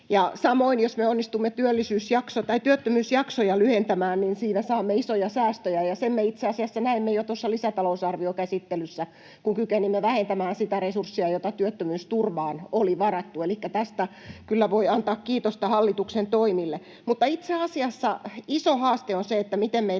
Samoin jos me onnistumme työttömyysjaksoja lyhentämään, niin siinä saamme isoja säästöjä, ja sen me itse asiassa näimme jo tuossa lisätalousarviokäsittelyssä, kun kykenimme vähentämään sitä resurssia, jota työttömyysturvaan oli varattu, elikkä tästä kyllä voi antaa kiitosta hallituksen toimille. Mutta itse asiassa iso haaste on se, miten meidän